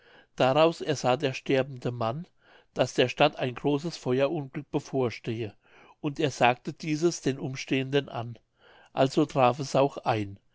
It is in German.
daraus ersah der sterbende mann daß der stadt ein großes feuerunglück bevorstehe und er sagte dieses den umstehenden an also traf es auch ein